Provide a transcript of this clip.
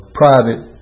private